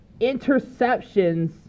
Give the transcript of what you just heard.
interceptions